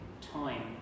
time